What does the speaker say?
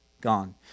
gone